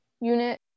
unit